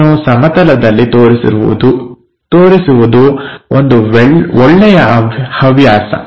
ಅದನ್ನು ಸಮತಲದಲ್ಲಿ ತೋರಿಸುವುದು ಒಂದು ಒಳ್ಳೆಯ ಹವ್ಯಾಸ